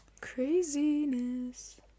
Craziness